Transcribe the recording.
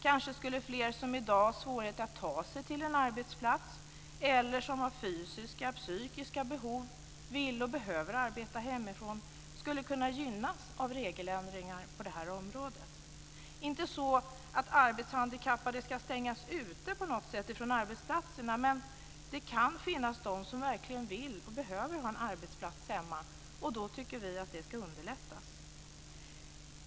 Kanske skulle fler som i dag har svårigheter att ta sig till en arbetsplats eller som har fysiska eller psykiska problem och vill eller behöver arbeta hemifrån kunna gynnas av regeländringar på det här området. Det är inte så att arbetshandikappade på något sätt ska stängas ute från arbetsplatserna, men det kan finnas de som verkligen vill och behöver ha en arbetsplats hemma, och då tycker vi att det ska underlättas.